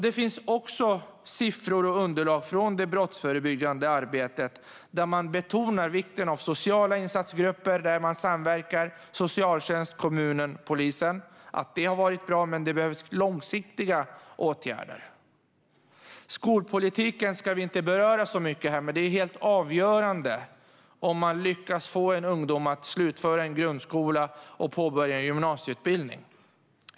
Det finns siffror och underlag från det brottsförebyggande arbetet där man betonar vikten av sociala insatsgrupper där socialtjänsten, kommunen och polisen samverkar. Det har varit bra, men det behövs långsiktiga åtgärder. Skolpolitiken ska vi inte beröra så mycket här, men det är helt avgörande om man lyckas få en ung person att slutföra grundskolan och påbörja en gymnasieutbildning.